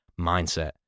mindset